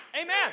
Amen